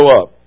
up